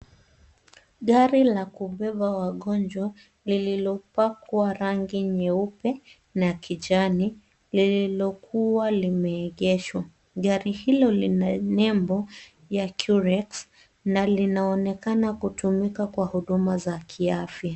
Gari la kubeba wagonjwa, lililopakwa rangi nyeupe na kijani, lililokuwa limeegeshwa. Gari hilo lina nembo ya curex na linaonekana kutumika kwa huduma za kiafya.